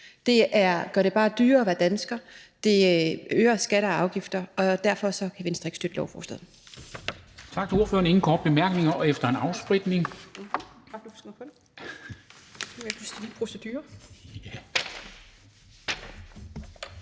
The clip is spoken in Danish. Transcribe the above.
det gør det bare dyrere at være dansker, det øger skatter og afgifter – og derfor kan Venstre ikke støtte lovforslaget.